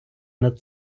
над